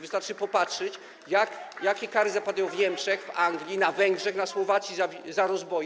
Wystarczy popatrzeć, jakie kary zapadają w Niemczech, w Anglii, na Węgrzech, na Słowacji za rozboje.